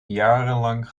jarenlang